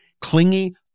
clingy